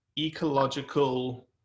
ecological